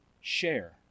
Share